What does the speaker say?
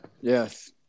Yes